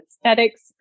aesthetics